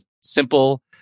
simple